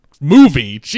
movie